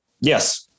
yes